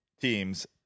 teams